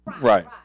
right